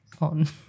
on